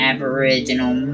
Aboriginal